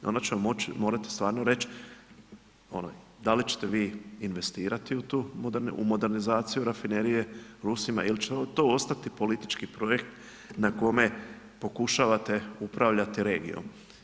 Onda ćemo morati stvarno reći, ono, da li ćete vi investirati u modernizaciju rafinerije Rusima ili će vam to ostati politički projekt, na kome pokušavate upravljati regijom.